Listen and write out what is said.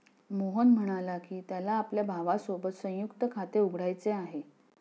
मोहन म्हणाला की, त्याला आपल्या भावासोबत संयुक्त खाते उघडायचे आहे